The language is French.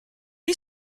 est